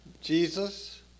Jesus